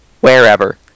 wherever